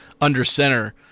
under-center